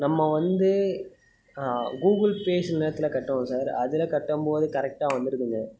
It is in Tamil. நம்ம வந்து கூகுள் பே சில நேரத்தில் கட்டுவேன் சார் அதில் கட்டும் போது கரெக்டாக வந்துடுதுங்க